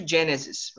Genesis